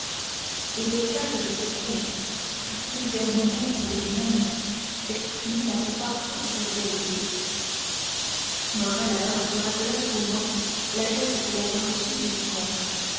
et le visage de cet homme si singulièrement maître de lui-même exprimait la plus parfaite cordialité morrel alors se rappela seulement la lettre qu'il avait reçue du vicomte